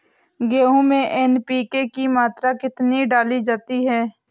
गेहूँ में एन.पी.के की मात्रा कितनी डाली जाती है?